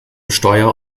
steuer